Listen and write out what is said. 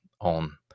on